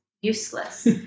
useless